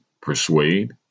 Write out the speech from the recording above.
persuade